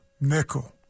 Nickel